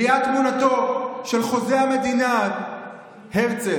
ליד תמונתו של חוזה המדינה הרצל,